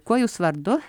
kuo jūs vardu